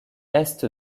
est